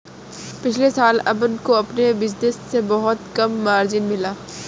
पिछले साल अमन को अपने बिज़नेस से बहुत कम मार्जिन मिला